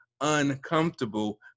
uncomfortable